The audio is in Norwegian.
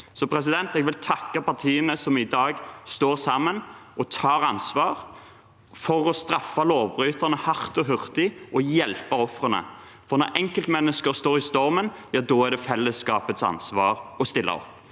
rettsråd. Jeg vil takke partiene som i dag står sammen og tar ansvar for å straffe lovbryterne hardt og hurtig og hjelpe ofrene, for når enkeltmennesker står i stormen, da er det fellesskapets ansvar å stille opp.